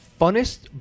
Funnest